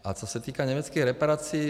A co se týká německých reparací.